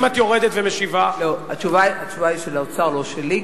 התשובה היא של האוצר ולא שלי.